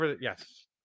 Yes